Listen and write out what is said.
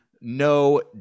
no